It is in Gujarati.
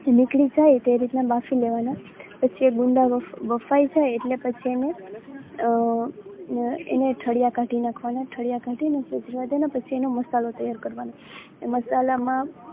એ નીકળી જાય તે રીતનાં બાફી લેવાના પછી એ ગુંદા બફાઈ જાય એટલે પછી એને એને ઠળિયાં કાઢી નાંખવાના ઠળિયાં કાઢી ને સહેજ રહેવાં દેવાના પછી એનો મસાલો તૈયાર કરવાનો એ મસાલામાં